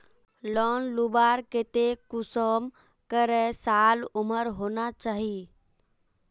Loan लुबार केते कुंसम करे साल उमर होना चही?